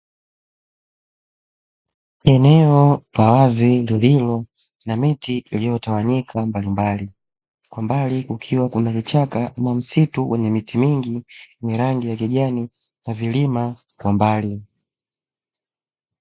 Eneo la wazi tulivu na miti iliyotawanyika mbalimbali kwa mbali ukiwa kuna vichaka na msitu wenye miti mingi yenye rangi ya kijani na vilima kwa mbali.